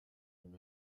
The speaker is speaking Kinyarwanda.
nyuma